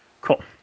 Cool